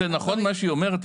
זה נכון מה שהיא אומרת,